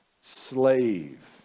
slave